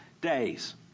days